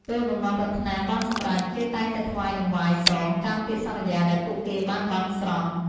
ពេលបំណងប្រាថ្នាបានសម្រេច គេតែងតែថ្វាយតង្វាយសង តាមពាក្យសន្យាដែលពួកគេបានបន់ស្រន់។